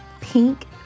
pink